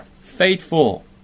faithful